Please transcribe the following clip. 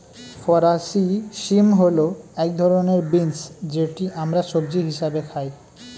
ফরাসি শিম হল এক ধরনের বিন্স যেটি আমরা সবজি হিসেবে খাই